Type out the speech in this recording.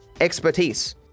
expertise